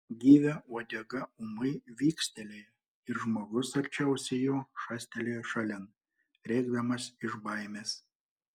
gyvio uodega ūmai vikstelėjo ir žmogus arčiausiai jo šastelėjo šalin rėkdamas iš baimės